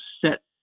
set